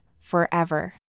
forever